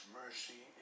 mercy